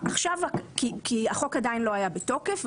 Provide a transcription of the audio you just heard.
כי החוק עדיין לא היה בתוקף,